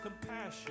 compassion